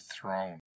throne